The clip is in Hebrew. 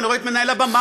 ואני רואה את מנהל הבמה,